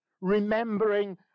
remembering